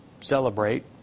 celebrate